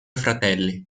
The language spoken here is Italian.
fratelli